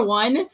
one